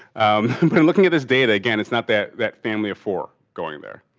i've been looking at this data, again, it's not that that family of four going there.